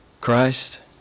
Christ